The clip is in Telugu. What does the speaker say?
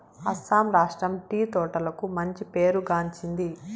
అస్సాం రాష్ట్రం టీ తోటలకు మంచి పేరు గాంచింది